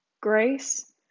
Grace